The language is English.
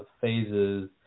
phases